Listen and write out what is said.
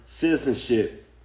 citizenship